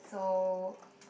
so